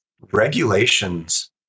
regulations